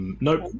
Nope